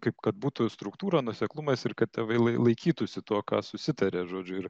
kaip kad būtų struktūra nuoseklumas ir kad tėvai lai laikytųsi to ką susitarė žodžiu ir